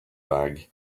bag